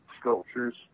sculptures